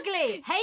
hate